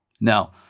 Now